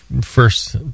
first